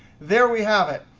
there we have it.